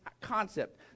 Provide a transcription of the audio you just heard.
concept